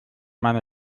meine